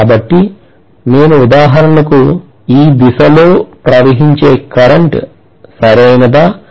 కాబట్టి నేను ఉదాహరణకు ఈ దిశలో ప్రవహించే కరెంట్ సరియైనదా